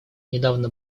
недавно